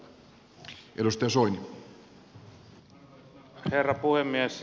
arvoisa herra puhemies